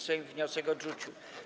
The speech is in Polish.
Sejm wniosek odrzucił.